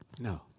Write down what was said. No